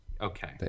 Okay